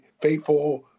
faithful